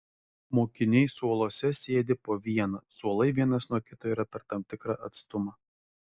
mokiniai suoluose sėdi po vieną suolai vienas nuo kito yra per tam tikrą atstumą